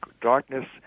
darkness